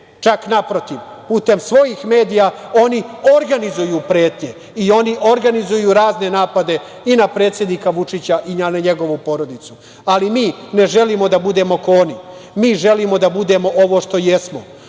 čak naprotiv, putem svojih medija oni organizuju pretnje i oni organizuju razne napade i na predsednika Vučića i na njegovu porodicu. Mi ne želimo da budemo kao oni, mi želimo da budemo ovo što jesmo,